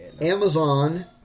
Amazon